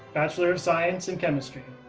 bachelor of science in chemistry.